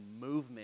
movement